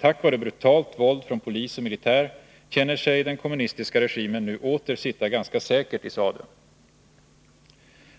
Tack vare brutalt våld från polis och militär känner sig den kommunistiska regimen nu åter sitta ganska säkert i sadeln.